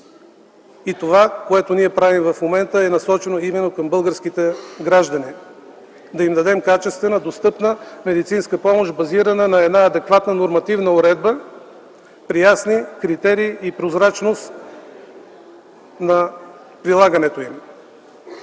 Това, което правим в момента, е насочено именно към българските граждани – да им дадем качествена, достъпна медицинска помощ, базирана на една адекватна нормативна уредба при ясни критерии и прозрачност на прилагането им.